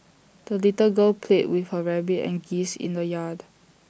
the little girl played with her rabbit and geese in the yard